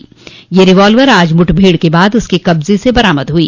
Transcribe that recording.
यह लाइसेंसी रिवाल्वर आज मुठभेड़ के बाद उसके कब्ज से बरामद हुई